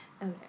Okay